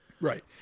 right